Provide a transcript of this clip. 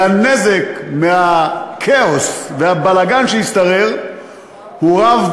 והנזק מהכאוס והבלגן שישתרר הוא רב